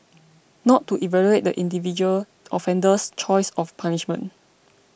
not to evaluate the individual offender's choice of punishment